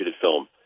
film